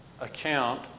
Account